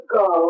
go